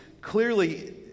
clearly